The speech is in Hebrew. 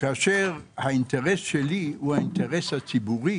כאשר האינטרס שלי הוא האינטרס הציבורי